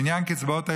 בעניין קצבאות הילדים,